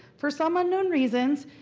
for some unknown reasons,